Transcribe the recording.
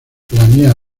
planea